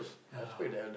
ya lah